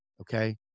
Okay